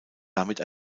damit